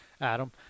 Adam